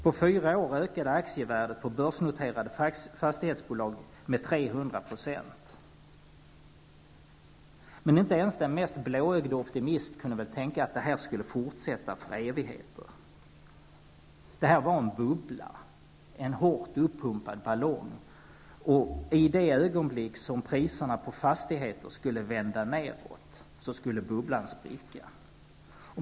På fyra år ökade aktievärdet på börsnoterade fastighetsbolag med 300 %. Men inte ens den mest blåögde optimist kunde väl tänka att detta skulle fortsätta i evigheter. Detta var en bubbla, en hårt uppumpad ballong, och i det ögonblick priserna på fastigheter vände nedåt skulle bubblan spricka.